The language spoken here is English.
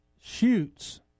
shoots